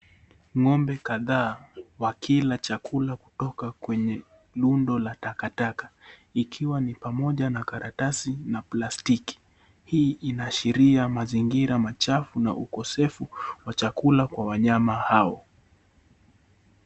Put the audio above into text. Ngombe kadhaa wakila chakula kutoka kwenye rundo la takataka ikiwa ni pamoja na karatasi na plastki, hii inaashiria mazingira machafu na ukosefu wa chakula kwa wanyama hao.